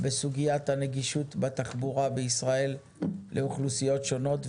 בסוגית הנגישות בתחבורה בישראל לאוכלוסיות שונות,